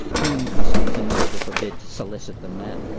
whom customs and nature forbid to solicit the men,